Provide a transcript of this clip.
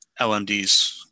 LMDs